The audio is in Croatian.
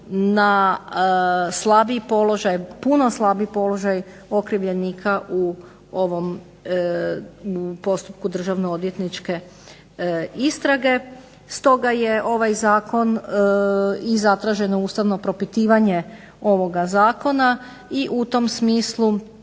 puno slabiji položaj okrivljenika u ovom postupku državno odvjetničke istrage. Stoga je ovaj Zakon i zatraženo ustavno propitivanje ovoga zakona i u tom smislu